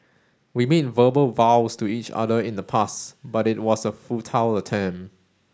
we made verbal vows to each other in the past but it was a futile attempt